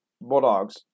Bulldogs